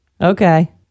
Okay